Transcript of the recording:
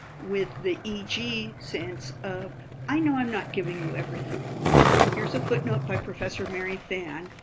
with the e g. sense of i know i'm not giving you everything here's a footnote by professor mary fan,